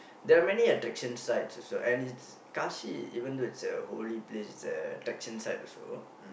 there are many attraction sites also and it's Kashi even though it's a holy place it's a attraction site also